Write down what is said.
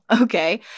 okay